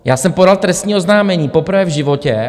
Já jsem podal trestní oznámení poprvé v životě.